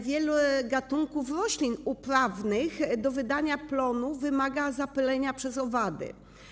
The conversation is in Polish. Wiele gatunków roślin uprawnych do wydania plonu wymaga zapylenia przez owady.